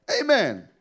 Amen